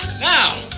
Now